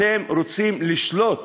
אתם רוצים לשלוט